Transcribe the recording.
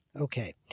Okay